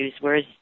whereas